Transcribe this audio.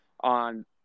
on